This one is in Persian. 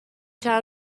چند